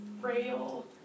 frail